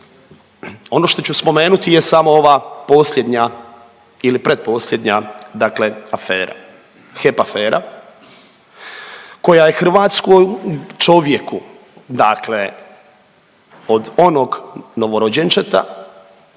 Ono što ću spomenuti je samo ova posljednja ili pretposljednja dakle afera, HEP afera koja je hrvatskom čovjeku dakle od onog novorođenčeta